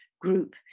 group